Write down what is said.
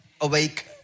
awake